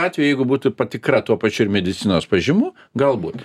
atveju jeigu būtų patikra tuo pačiu ir medicinos pažymų galbūt